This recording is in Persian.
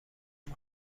هام